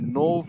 no